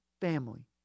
family